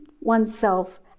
oneself